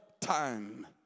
time